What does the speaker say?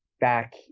back